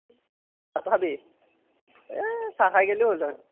ভাতটো খাবি এহ চাহ খাই গেলেও হ'ল হয়